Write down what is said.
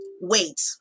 Wait